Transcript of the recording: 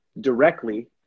directly